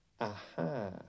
Aha